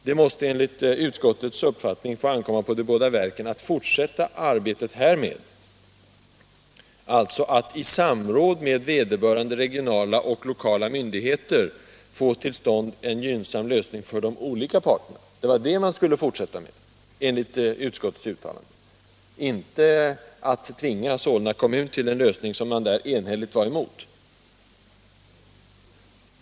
Det måste enligt utskottets uppfattning få ankomma på de båda verken att fortsätta arbetet härmed” — alltså att i samråd med vederbörande regionala och lokala myndigheter få till stånd en gynnsam lösning för de olika parterna. Det var det man skulle fortsätta med enligt utskottets uttalande, inte att tvinga Solna kommun till en lösning som man där enhälligt var emot.